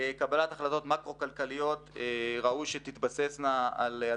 קבלת החלטות מאקרו כלכליות המשפיעות על כלכלת